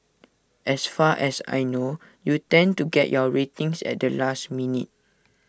as far as I know you tend to get your ratings at the last minute